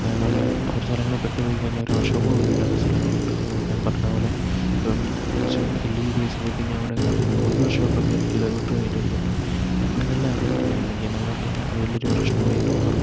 തേപോലെ ഒരു സ്ഥലങ്ങളി പെട്ട് പോയി കഴിഞ്ഞാ ഒരു വർഷോപ്പ് പോലു ഇല്ലാത്ത സ്ഥലങ്ങളൊണ്ട് നമ്മള് ഞാൻ പറഞ്ഞ പോലെ ഇപ്പം കൊറച്ച് ഹില്ലി ഏരിയാസ് പോയി കഴിഞ്ഞാ അവിടെ അതികം ഒരു വർഷപ്പൊക്ക കിലോമീറ്ററ് കഴിഞ്ഞിട്ടായിരിക്കും അപ്പം നമ്മള് ഇതെല്ലാ അറിഞ്ഞിരിക്കണ ഇല്ലങ്കി എന്നെന്ന് പറഞ്ഞ കഴിഞ്ഞാ അത് വല്യൊരു പ്രശനമായിട്ട് മാറും